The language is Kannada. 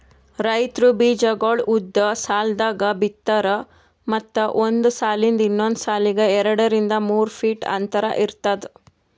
ರೈತ್ರು ಬೀಜಾಗೋಳ್ ಉದ್ದ್ ಸಾಲ್ದಾಗ್ ಬಿತ್ತಾರ್ ಮತ್ತ್ ಒಂದ್ ಸಾಲಿಂದ್ ಇನ್ನೊಂದ್ ಸಾಲಿಗ್ ಎರಡರಿಂದ್ ಮೂರ್ ಫೀಟ್ ಅಂತರ್ ಇರ್ತದ